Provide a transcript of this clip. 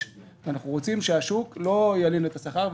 אנחנו רוצים שהשוק לא ילין את השכר,